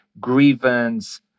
grievance